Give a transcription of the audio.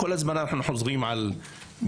כל הזמן אנחנו חוזרים על מרשם.